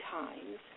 times